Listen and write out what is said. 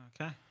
okay